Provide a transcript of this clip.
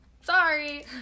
Sorry